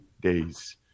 days